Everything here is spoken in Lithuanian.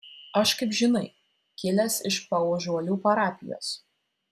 aš kaip žinai kilęs iš paužuolių parapijos